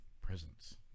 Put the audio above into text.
presence